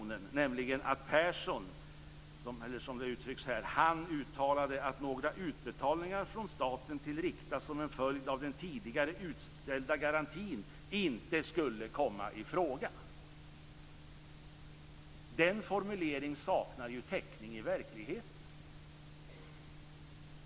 Där står det nämligen om Persson, som det uttrycks här: "Han uttalade att några utbetalningar från staten till Rikta som en följd av den tidigare utställda garantin inte skulle komma i fråga." Den formuleringen saknar täckning i verkligheten.